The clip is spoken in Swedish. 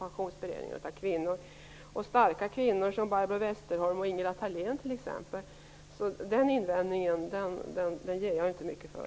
Det fanns ju där en majoritet av kvinnor, starka kvinnor som Barbro Westerholm och Ingela Thalén t.ex. Så den invändningen ger jag inte mycket för.